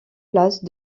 place